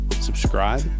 subscribe